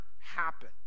happen